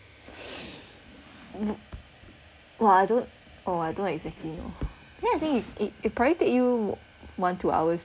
well I don't or I don't exactly know yeah it it probably take you one two hours